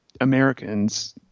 americans